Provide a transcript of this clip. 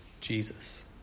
Jesus